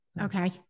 Okay